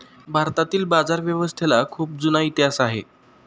भारतातील बाजारव्यवस्थेला खूप जुना इतिहास आहे